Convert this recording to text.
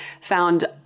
found